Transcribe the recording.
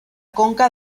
conca